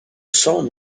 cents